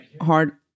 hard